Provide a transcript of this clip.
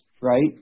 right